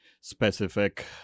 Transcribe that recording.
specific